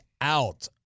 out